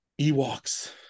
Ewoks